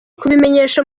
kubimenyesha